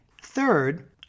Third